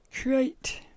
create